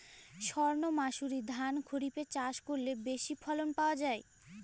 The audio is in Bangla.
সর্ণমাসুরি ধান খরিপে চাষ করলে বেশি ফলন পাওয়া যায়?